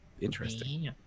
Interesting